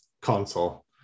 console